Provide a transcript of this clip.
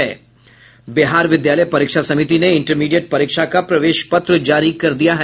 बिहार विद्यालय परीक्षा समिति ने इंटरमीडिएट परीक्षा का प्रवेश पत्र जारी कर दिया है